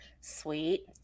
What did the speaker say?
Sweet